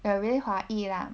they're really 华裔 lah